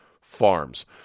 Farms